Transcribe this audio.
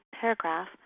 paragraph